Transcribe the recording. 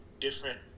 different